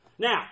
Now